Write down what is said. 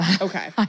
Okay